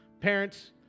Parents